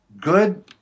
good